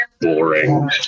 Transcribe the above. boring